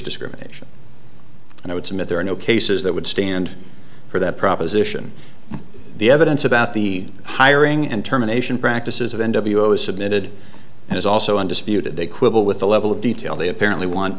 discrimination and i would submit there are no cases that would stand for that proposition the evidence about the hiring and terminations practices of n w as submitted and is also undisputed they quibble with the level of detail they apparently want